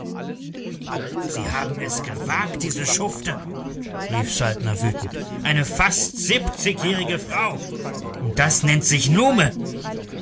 sie haben es gewagt diese schufte rief saltner wütend eine fast siebzigjährige frau und das nennt sich nume